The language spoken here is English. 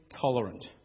tolerant